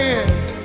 end